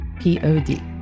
P-O-D